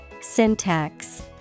Syntax